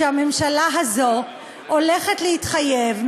שהממשלה הזאת הולכת להתחייב,